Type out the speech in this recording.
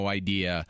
idea